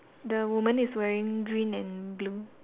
the woman is wearing green and blue